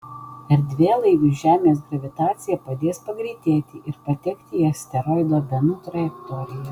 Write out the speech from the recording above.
erdvėlaiviui žemės gravitacija padės pagreitėti ir patekti į asteroido benu trajektoriją